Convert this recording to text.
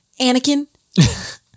Anakin